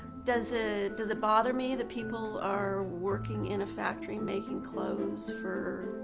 does ah does it bother me that people are working in a factory, making clothes for